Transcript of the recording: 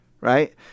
right